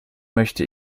möchte